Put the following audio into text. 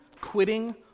quitting